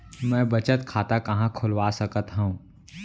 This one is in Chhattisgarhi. मै बचत खाता कहाँ खोलवा सकत हव?